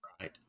right